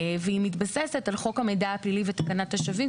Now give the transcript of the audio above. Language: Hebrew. והיא מתבססת על חוק המידע הפלילי ותקנת השבים,